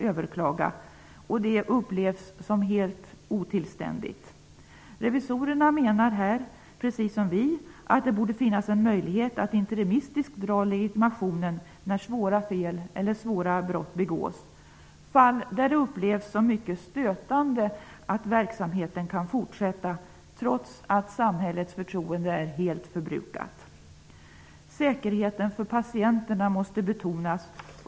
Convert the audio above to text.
Detta upplevs som helt otillständigt. Revisorerna menar, precis som vi, att det borde finnas en möjlighet att interimistiskt dra in legitimationen när svåra fel eller brott begåtts eller i de fall, där det upplevs som stötande att verksamheten kan fortsätta, trots att samhällets förtroende är helt förbrukat. Säkerheten för patienterna måste betonas.